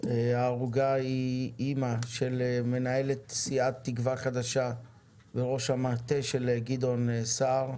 ההרוגה היא אימא של מנהלת סיעת תקווה חדשה וראש המטה של גדעון סער,